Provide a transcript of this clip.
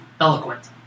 eloquent